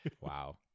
Wow